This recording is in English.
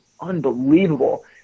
unbelievable